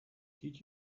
did